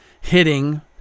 hitting